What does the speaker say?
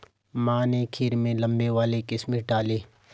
माँ ने खीर में लंबे वाले किशमिश डाले